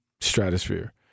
stratosphere